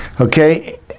Okay